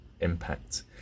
impact